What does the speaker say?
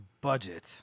budget